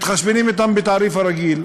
מתחשבנים אתם בתעריף הרגיל.